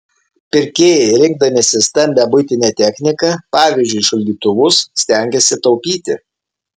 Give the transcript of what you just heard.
pirkėjai rinkdamiesi stambią buitinę techniką pavyzdžiui šaldytuvus stengiasi taupyti